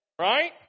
right